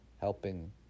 helping